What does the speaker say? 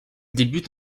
débute